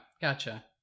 Gotcha